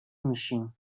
میشیم